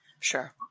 Sure